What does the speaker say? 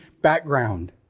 background